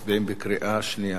בבקשה, מי בעד?